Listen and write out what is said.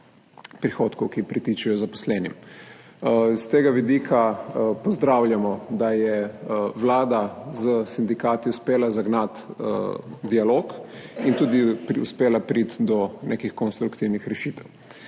prihodkov, ki pritičejo zaposlenim. S tega vidika pozdravljamo, da je Vlada s sindikati uspela zagnati dialog in tudi uspela priti do nekih konstruktivnih rešitev.